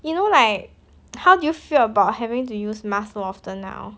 you know like how do you feel about having to use mask so often now